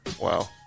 wow